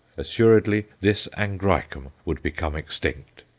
assuredly this angraecum would become extinct.